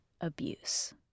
abuse